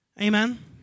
Amen